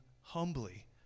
humbly